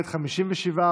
הצבעה.